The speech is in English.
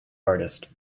artist